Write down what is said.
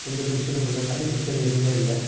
எந்த பிரச்சனையும் இல்லை தண்ணி பிரச்சனை எதுவுமே இல்லை